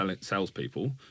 salespeople